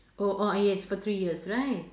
oh oh yes for three years right